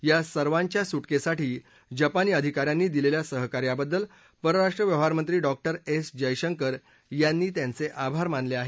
या सर्वांच्या सुटकेसाठी जपानी अधिका यांनी दिलेल्या सहकार्याबद्दल परराष्ट्र व्यवहार मंत्री डॉक्टर एस जयशंकर यांनी त्यांचे आभार मानले आहेत